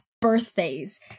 birthdays